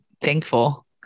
thankful